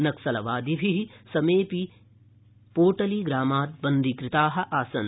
नक्सलवादिभिः समेऽपि पोटली ग्रामात् बन्दीकृताः आसन्